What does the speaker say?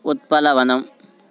उत्पलवनम्